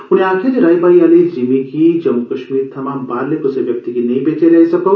उनें आक्खेआ जे राई बाई आली जिमीं गी जम्मू कश्मीर थमां बाहरले कुसै व्यक्ति गी नेईं बेचेआ जाई सकोग